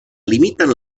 limiten